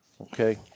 Okay